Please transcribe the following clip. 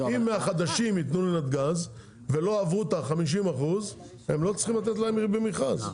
אם החדשים ייתנו לנתג"ז ולא עברו את ה-50% הם לא צריכים לתת להם במכרז.